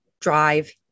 drive